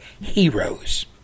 heroes